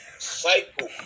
cycle